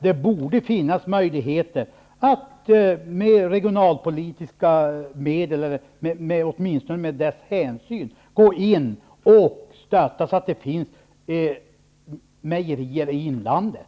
Det borde finnas möjligheter att med regionalpolitiska medel eller åtminstone med regionalpolitiska hänsyn stötta, så att det finns mejerier i inlandet.